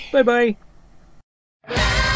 Bye-bye